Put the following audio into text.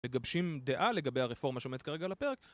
מגבשים דעה לגבי הרפורמה שעומדת כרגע על הפרק.